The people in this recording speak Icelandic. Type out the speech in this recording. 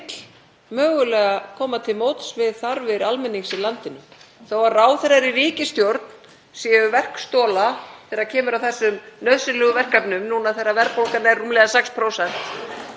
mögulega koma til móts við þarfir almennings í landinu. Þó að ráðherrar í ríkisstjórn séu verkstola þegar kemur að þessum nauðsynlegu verkefnum núna þegar verðbólgan er rúmlega 6%,